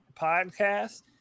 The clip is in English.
podcast